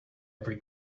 every